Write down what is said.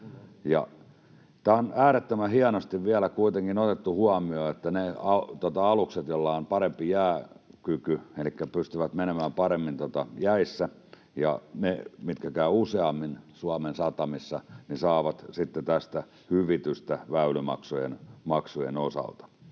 Tämä on äärettömän hienosti vielä kuitenkin otettu huomioon niin, että ne alukset, joilla on parempi jääkyky elikkä jotka pystyvät menemään paremmin jäissä, ja ne, mitkä käyvät useammin Suomen satamissa, saavat sitten tästä hyvitystä väylämaksujen osalta.